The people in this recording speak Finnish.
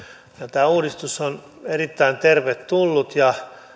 tämä uudistus on erittäin tervetullut ja